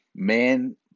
Man